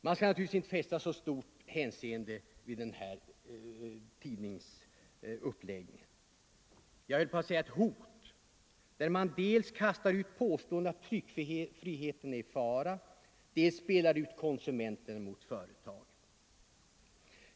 Man skall naturligtvis inte fästa alltför stort avseende vid dessa — jag höll på att säga — hot, där det dels kastas ut påståenden att tryckfriheten är i fara, dels spelas ut konsumenter mot företag.